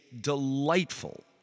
delightful